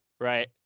right